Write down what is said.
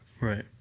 Right